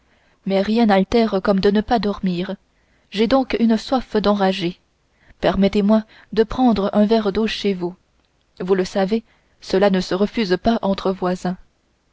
mais rien n'altère comme de ne pas dormir j'ai donc une soif d'enragé permettez-moi de prendre un verre d'eau chez vous vous le savez cela ne se refuse pas entre voisins